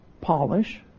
polish